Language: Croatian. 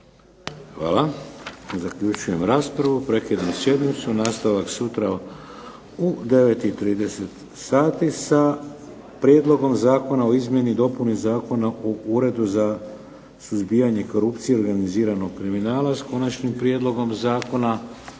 Hvala. Zaključujem raspravu. Prekidam sjednicu. Nastavak sutra u 9 i 30 sati sa prijedlogom Zakona o izmjeni i dopuni Zakona o Uredu za suzbijanje korupcije i organiziranog kriminala s konačnim prijedlogom zakona,